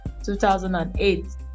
2008